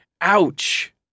Ouch